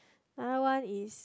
another one is